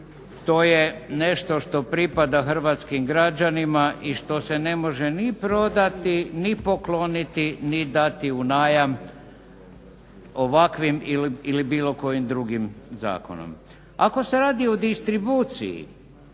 To je nešto što pripada Hrvatskim građanima i što se ne može ni prodati, ni pokloniti, ni dati u najam ovakvim ili bilo kojim zakonom. Ako se radi o distribuciji